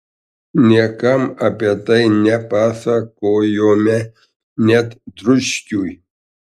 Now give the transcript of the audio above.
niekam apie tai nepasakojome net dručkiui